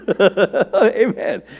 Amen